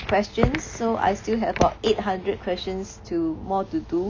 questions so I still have about eight hundred questions to more to do